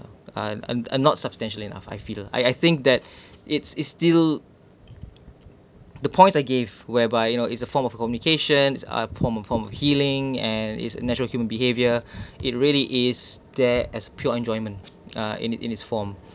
are are are not substantial enough I feel I I think that it's it's still the points I gave whereby you know is a form of communications is a form form of healing and its natural human behavior it really is there as pure enjoyment uh in it in its form